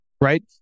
right